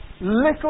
little